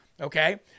okay